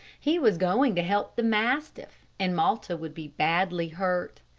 he was going to help the mastiff, and malta would be badly hurt.